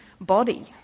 body